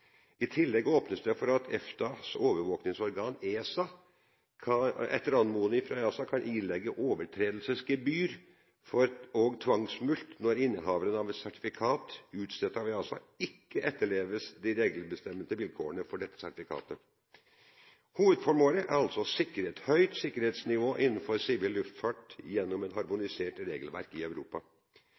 I tillegg åpnes det for at EFTAs overvåkingsorgan, ESA, etter anmodning fra EASA kan ilegge overtredelsesgebyr og tvangsmulkt når innehaveren av et sertifikat utstedt av EASA ikke etterlever de regelbestemte vilkårene for dette sertifikatet. Hovedformålet er altså å sikre et høyt sikkerhetsnivå innenfor sivil luftfart gjennom et harmonisert regelverk i Europa.